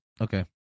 Okay